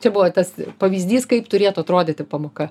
čia buvo tas pavyzdys kaip turėtų atrodyti pamoka